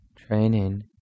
training